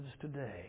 today